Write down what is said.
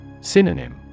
Synonym